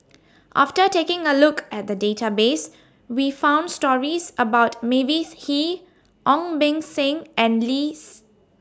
after taking A Look At The Database We found stories about Mavis Hee Ong Beng Seng and Lim's